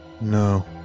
No